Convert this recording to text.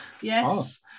yes